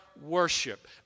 worship